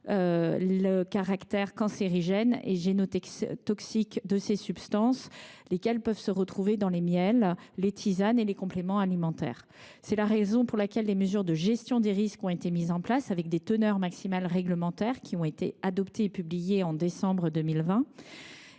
le caractère cancérigène et génotoxique de ces substances, que l’on peut trouver dans les miels, les tisanes et les compléments alimentaires. C’est la raison pour laquelle des mesures de gestion des risques ont été mises en place. Des teneurs maximales réglementaires ont été adoptées et publiées dès le mois de décembre 2020.